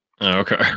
Okay